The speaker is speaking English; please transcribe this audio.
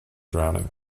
drowning